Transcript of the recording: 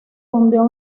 fundó